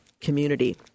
community